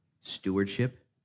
stewardship